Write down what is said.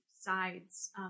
sides